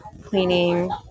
cleaning